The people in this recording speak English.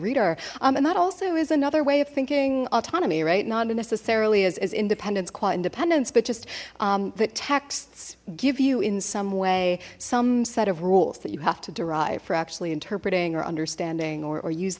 reader and that also is another way of thinking autonomy right not necessarily as independence quite independence but just the texts give you in some way some set of rules that you have to derive for actually interpreting or understanding or or use